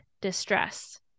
distress